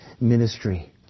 ministry